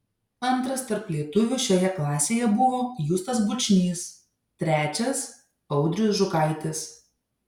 antras tarp lietuvių šioje klasėje buvo justas bučnys trečias audrius žukaitis